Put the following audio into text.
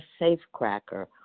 safecracker